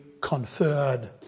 conferred